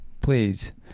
please